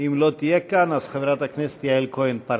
ואם היא לא תהיה כאן חברת הכנסת יעל כהן-פארן.